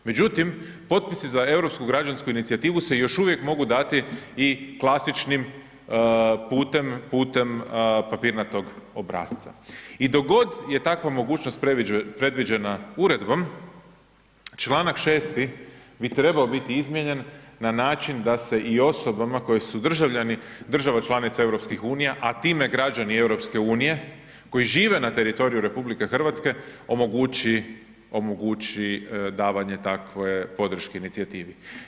Međutim, potpisi za europsku građansku inicijativu se još uvijek mogu dati i klasičnim putem, putem papirnatog obrasca i dok je takva mogućnost predviđena uredbom, čl. 6 bi trebao biti izmijenjen na način da se i osobama koje su državljani država članica EU, a time građani EU koji žive na teritoriju RH, omogući davanje takve podrške inicijativi.